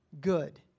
good